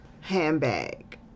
Handbag